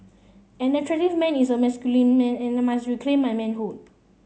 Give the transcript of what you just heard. an attractive man is a masculine man and my must reclaim my manhood